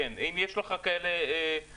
כן, האם יש לך כאלה תלונות?